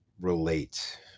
relate